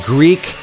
Greek